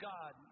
God